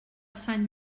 sant